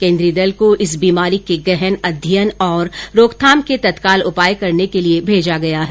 केन्द्रीय दल को इस बीमारी के गहन अध्ययन और रोकथाम के तत्काल उपाय करने के लिए भेजा गया है